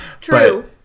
True